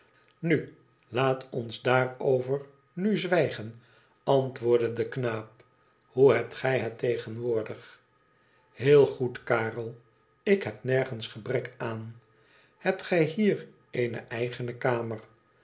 nu laat ons daarover nu zwijgen antwoordde de knaap hoe hebt gij het tegenwoordig heel goed karel ik heb nergens gebrek aan hebt gij hier eene eigene kamer